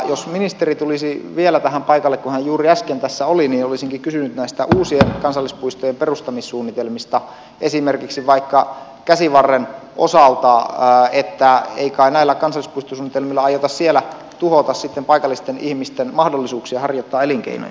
jos ministeri tulisi vielä tähän paikalle kun hän juuri äsken tässä oli niin olisinkin kysynyt näistä uusien kansallispuistojen perustamissuunnitelmista esimerkiksi käsivarren osalta että ei kai näillä kansallispuistosuunnitelmilla aiota siellä tuhota sitten paikallisten ihmisten mahdollisuuksia harjoittaa elinkeinoja